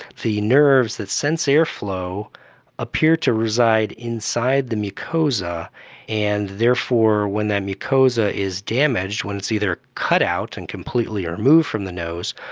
the nerves that sense airflow appear to reside inside the mucosa and therefore when that mucosa is damaged, when it is either cut out and completely removed from the nose,